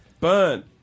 Burn